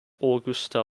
augusta